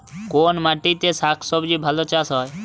কোন মাটিতে শাকসবজী ভালো চাষ হয়?